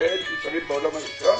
וכאלה שנשארים בעולם הישן.